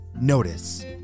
notice